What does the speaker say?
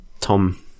tom